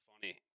funny